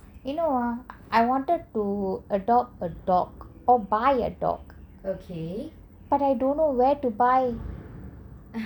you know ah I wanted to adopt a dog or buy a dog but I don't know where to buy